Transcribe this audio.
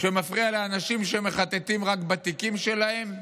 שמפריע לאנשים שמחטטים רק בתיקים שלהם?